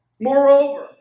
Moreover